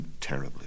terribly